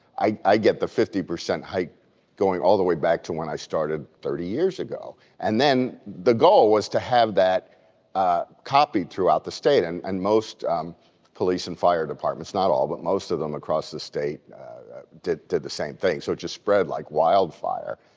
i get the fifty percent hike going all the way back to when i started thirty years ago. and then the goal was to have that copied throughout the state and and most police and fire departments, not all but most of them across the state did did the same thing. it so just spread like wildfire,